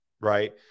right